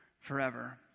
forever